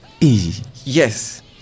Yes